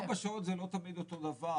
ארבע שעות זה לא תמיד אותו דבר.